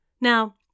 Now